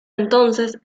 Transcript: entonces